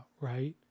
right